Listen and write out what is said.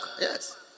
yes